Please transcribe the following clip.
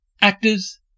actors